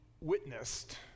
witnessed